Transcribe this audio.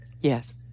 Yes